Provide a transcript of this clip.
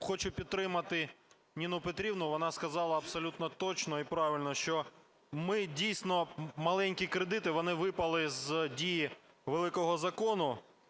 хочу підтримати Ніну Петрівну. Вона сказала абсолютно точно і правильно, що, дійсно, маленькі кредити вони випали з дії великого Закону